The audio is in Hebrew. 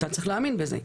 אתה צריך להאמין בזה,